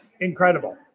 incredible